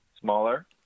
smaller